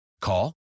Call